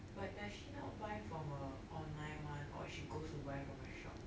but does she not buy from a online one or she goes to buy from a shop